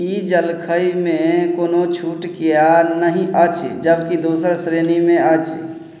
ई जलखैमे कोनो छूट किएक नहि अछि जबकि दोसर श्रेणीमे अछि